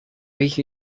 week